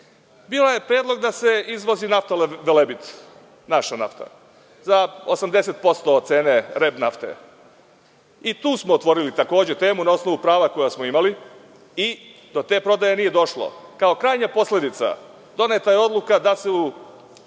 Bio je predlog da se izvozi nafta „Velebit“, naša nafta, za 80% od cene „REB“ nafte. Tu smo takođe otvorili temu na osnovu prava koja smo imali i do te prodaje nije došlo. Kao krajnja posledica doneta je odluka da se u